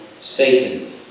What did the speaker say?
Satan